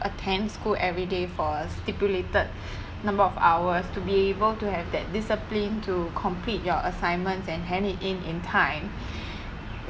attend school every day for a stipulated number of hours to be able to have that discipline to complete your assignments and hand it in in time